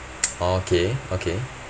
orh okay okay